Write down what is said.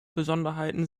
besonderheiten